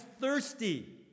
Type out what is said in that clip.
thirsty